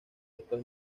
estos